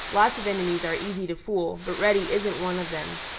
lots of enemies are easy to fool, but reddy isn't one of them.